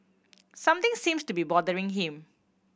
something seems to be bothering him